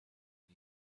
and